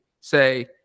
say